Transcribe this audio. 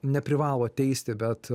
neprivalo teisti bet